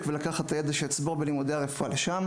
ולקחת את הידע שאצבור בלימודי הרפואה לשם"